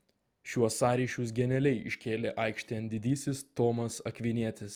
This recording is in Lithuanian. šiuos sąryšius genialiai iškėlė aikštėn didysis tomas akvinietis